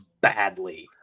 badly